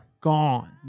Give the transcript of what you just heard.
Gone